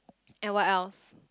and what else